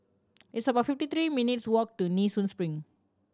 it's about fifty three minutes' walk to Nee Soon Spring